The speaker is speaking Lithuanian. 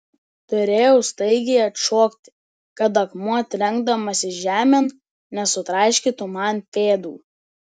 turėjau staigiai atšokti kad akmuo trenkdamasis žemėn nesutraiškytų man pėdų